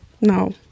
No